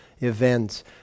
events